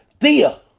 Thea